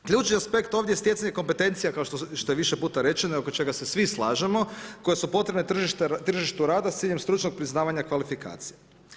Ključni aspekt ovdje je stjecanje kompetencije, kao što je više puta rečeno i oko čega se svi slažemo, koje su potrebne tržištu rada, s ciljem stručnog priznavanja kvalifikacija.